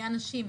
מי האנשים,